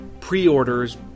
pre-orders